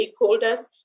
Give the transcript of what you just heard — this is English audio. stakeholders